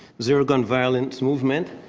zero gun violence movement